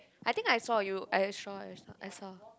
I think I saw you i saw just now i saw